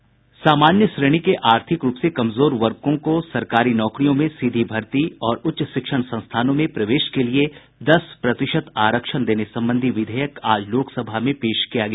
सामान्य श्रेणी के आर्थिक रूप से कमजोर वर्गों को सरकारी नौकरियों में सीधी भर्ती और उच्च शिक्षण संस्थानों में प्रवेश के लिए दस प्रतिशत आरक्षण देने संबंधी विधेयक आज लोकसभा में पेश किया गया